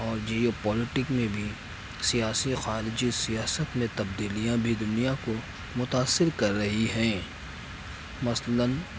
اور geopolitic میں بھی سیاسی خارجی سیاست میں تبدیلیاں بھی دنیا کو متأثر کر رہی ہیں مثلآٓ